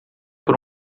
por